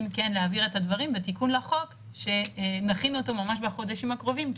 להעביר את הדברים בתיקון לחוק שנכין אותו ממש בחודשים הקרובים,